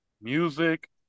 music